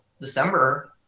December